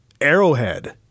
Arrowhead